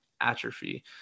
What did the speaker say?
atrophy